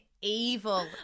evil